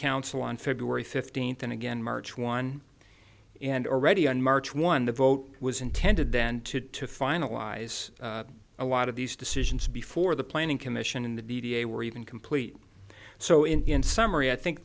council on feb fifteenth and again march one and already on march won the vote was intended then to to finalize a lot of these decisions before the planning commission in the b d a were even complete so in summary i think